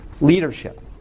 leadership